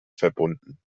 verbunden